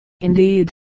Indeed